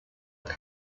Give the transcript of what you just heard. but